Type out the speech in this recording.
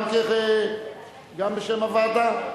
גם כיזם וגם בשם הוועדה?